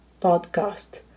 Podcast